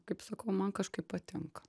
kaip sakau man kažkaip patinka